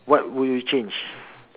what will you change